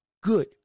good